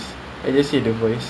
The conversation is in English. pak cik hal ah